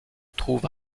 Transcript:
trouve